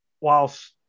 Whilst